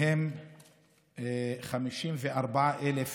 מהם 54,000